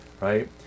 right